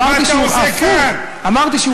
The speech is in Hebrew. אמרתי,